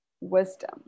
wisdom